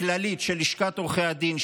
הכללית של לשכת עורכי הדין,